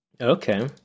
Okay